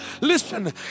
listen